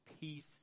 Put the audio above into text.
peace